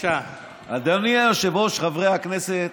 אדוני היושב-ראש, חברי הכנסת,